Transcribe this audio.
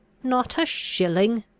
not a shilling!